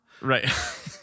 Right